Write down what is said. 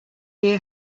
hear